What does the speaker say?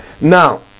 Now